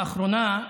לאחרונה,